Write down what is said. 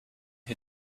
who